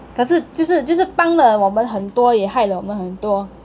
可是就是就是帮了我们很多也害了我们很多